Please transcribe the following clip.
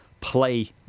play